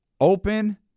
Open